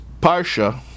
Parsha